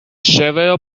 several